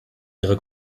ihre